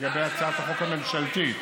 לגבי הצעת החוק הממשלתית.